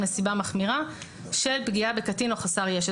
נסיבה מחמירה - פגיעה מחמירה של פגיעה בקטין או חסר ישע.